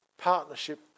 partnership